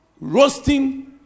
roasting